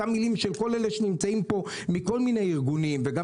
אותן מילים של כל אלה שנמצאים פה מכל מיני ארגונים וגם